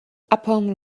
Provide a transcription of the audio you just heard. upon